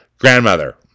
grandmother